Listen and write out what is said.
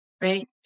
right